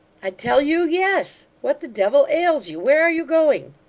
i tell you, yes. what the devil ails you? where are you going